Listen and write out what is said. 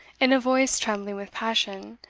in a voice trembling with passion,